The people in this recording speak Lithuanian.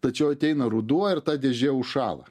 tačiau ateina ruduo ir ta dėžė užšąla